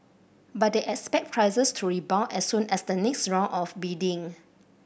but they expect prices to rebound as soon as the next round of bidding